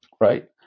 right